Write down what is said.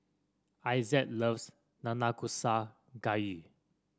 Isaac loves Nanakusa Gayu